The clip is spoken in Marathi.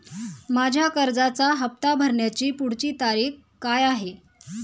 माझ्या कर्जाचा हफ्ता भरण्याची पुढची तारीख काय आहे?